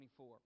24